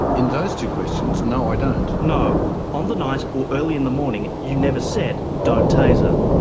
in those two questions, no i don't. no. on the night or early in the morning, you never said, don't taser.